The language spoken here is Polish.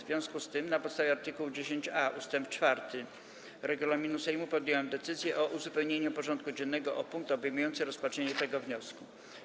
W związku z tym, na podstawie art. 10a ust. 4 regulaminu Sejmu, podjąłem decyzję o uzupełnieniu porządku dziennego o punkt obejmujący rozpatrzenie tego wniosku.